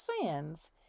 sins